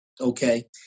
Okay